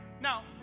Now